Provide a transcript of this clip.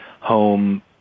home